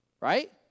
Right